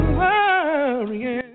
worrying